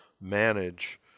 manage